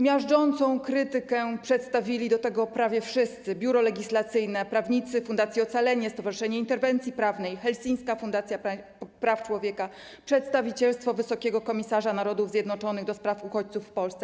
Miażdżącą krytykę przedstawili do tego prawie wszyscy: Biuro Legislacyjne, prawnicy, Fundacja Ocalenie, Stowarzyszenie Interwencji Prawnej, Helsińska Fundacja Praw Człowieka, Przedstawicielstwo Wysokiego Komisarza Narodów Zjednoczonych do spraw Uchodźców w Polsce.